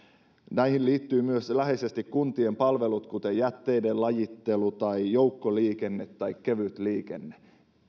näihin liittyvät myös läheisesti kuntien palvelut kuten jätteiden lajittelu tai joukkoliikenne tai kevyt liikenne